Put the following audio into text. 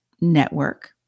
network